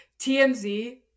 TMZ